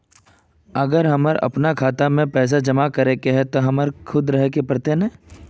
अगर हमर अपना खाता में पैसा जमा करे के है ते हमरा खुद रहे पड़ते ने?